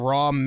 Raw